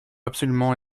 absolument